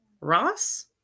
Ross